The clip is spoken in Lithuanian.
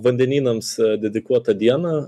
vandenynams dedikuotą dieną